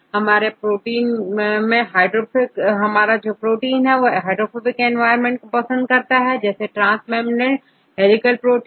तो हमारे पास कुछ प्रोटींस है जो ज्यादा हाइड्रोफोबिक एनवायरमेंट को पसंद करते हैं जैसे ट्रांस मेंब्रेन हेलीकल प्रोटीन